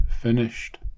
finished